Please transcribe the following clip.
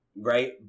right